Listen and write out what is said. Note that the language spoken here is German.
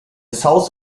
south